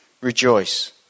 rejoice